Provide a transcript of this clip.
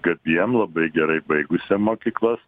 gabiem labai gerai baigusiem mokyklas